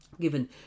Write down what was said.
given